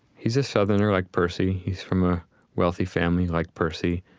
he's a southerner like percy, he's from a wealthy family like percy,